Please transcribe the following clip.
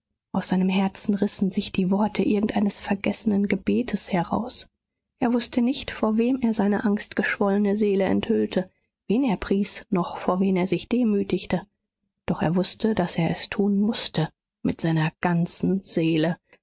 aus seinem herzen rissen sich die worte irgendeines vergessenen gebetes heraus er wußte nicht vor wem er seine angstgeschwollene seele enthüllte wen er pries noch vor wen er sich demütige doch er wußte daß er es tun mußte mit seiner ganzen seele